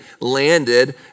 landed